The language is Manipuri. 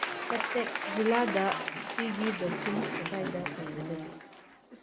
ꯀꯇꯛ ꯖꯤꯂꯥꯗ ꯐ꯭ꯔꯤꯒꯤ ꯚꯦꯛꯁꯤꯟ ꯀꯗꯥꯏꯗ ꯐꯪꯒꯗꯒꯦ